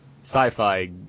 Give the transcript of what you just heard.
sci-fi